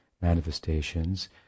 manifestations